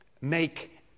Make